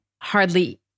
hardly